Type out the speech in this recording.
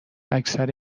اکثر